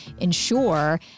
ensure